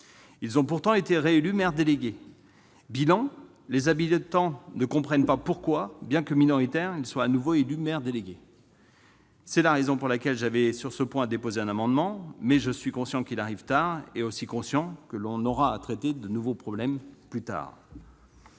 Ils ont pourtant été réélus maires délégués ! Bilan : les habitants ne comprennent pas pourquoi, bien que minoritaires, ils sont élus maires délégués. C'est la raison pour laquelle j'avais, sur ce point, déposé un amendement, mais je suis conscient qu'il arrive tard et que nous aurons à traiter de nouveaux problèmes à l'avenir.